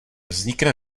vznikne